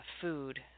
food